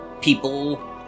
people